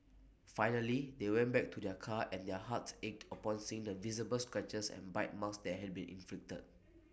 finally they went back to their car and their hearts ached upon seeing the visible scratches and bite marks that had been inflicted